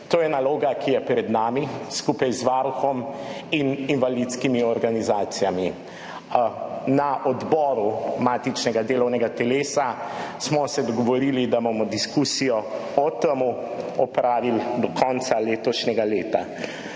To je naloga, ki je pred nami, skupaj z Varuhom in invalidskimi organizacijami. Na odboru matičnega delovnega telesa smo se dogovorili, da bomo diskusijo o tem opravili do konca letošnjega leta.